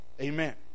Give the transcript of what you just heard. amen